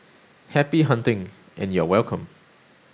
happy hunting and you are welcome